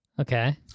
Okay